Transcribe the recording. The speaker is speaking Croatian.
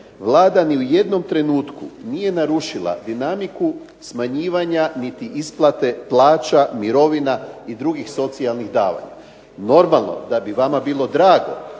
Vlada ni u jednom trenutku nije narušila dinamiku smanjivanja niti isplate plaća, mirovina i drugih socijalnih davanja. Normalno da bi vama bilo drago